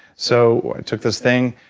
so took this thing,